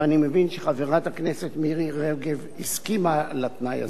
ואני מבין שחברת הכנסת מירי רגב הסכימה לתנאי הזה.